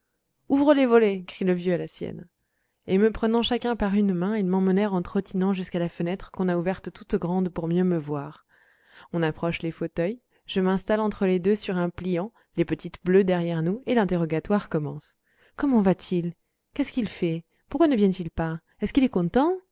ouvre les volets crie le vieux à la sienne et me prenant chacun par une main ils m'emmenèrent en trottinant jusqu'à la fenêtre qu'on a ouverte toute grande pour mieux me voir on approche les fauteuils je m'installe entre les deux sur un pliant les petites bleues derrière nous et l'interrogatoire commence comment va-t-il qu'est-ce qu'il fait pourquoi ne vient-il pas est-ce qu'il est content